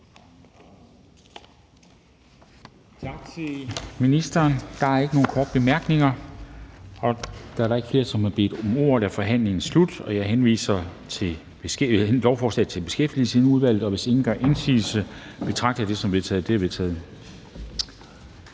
Tak til ministeren. Der er ikke nogen korte bemærkninger. Da der ikke er flere, som har bedt om ordet, er forhandlingen slut. Jeg foreslår, at lovforslaget henvises til Beskæftigelsesudvalget. Hvis ingen gør indsigelse, betragter jeg det som vedtaget.